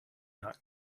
not